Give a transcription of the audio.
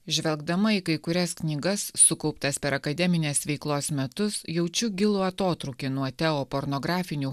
žvelgdama į kai kurias knygas sukauptas per akademinės veiklos metus jaučiu gilų atotrūkį nuo teopornografinių